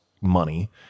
money